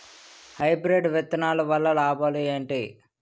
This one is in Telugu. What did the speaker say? హైబ్రిడ్ విత్తనాలు వల్ల లాభాలు ఏంటి?